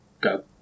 go